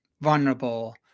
vulnerable